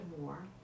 more